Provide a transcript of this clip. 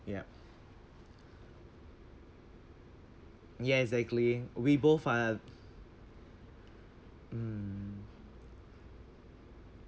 yyp yeah exactly we both are mm